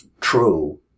true